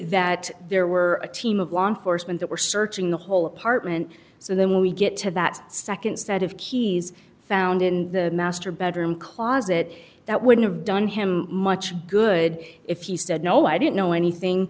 that there were a team of law enforcement that were searching the whole apartment so then we get to that second set of keys found in the master bedroom closet that would have done him much good if he said no i didn't know anything